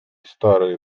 старые